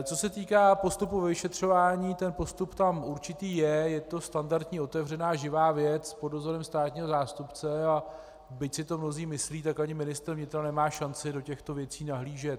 Co se týká posunu ve vyšetřování, posun tam určitý je, je to standardní otevřená živá věc pod dozorem státního zástupce, a byť si to mnozí myslí, tak ani ministr vnitra nemá šanci do těchto věcí nahlížet.